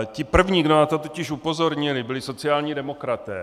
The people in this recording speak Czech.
Ti první, kdo na to totiž upozornili, byli sociální demokraté.